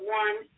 one